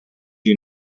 you